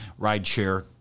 rideshare